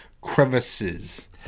crevices